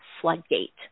floodgate